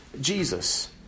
Jesus